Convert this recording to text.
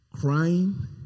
crying